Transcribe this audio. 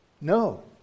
No